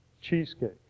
cheesecake